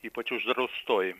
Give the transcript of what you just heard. ypač uždraustoji